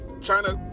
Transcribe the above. China